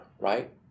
right